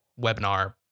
webinar